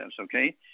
Okay